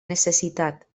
necessitat